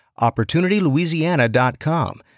OpportunityLouisiana.com